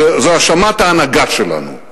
זו האשמת ההנהגה שלנו.